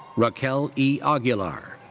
raquel e. aguilar.